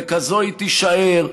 וכזאת היא תישאר,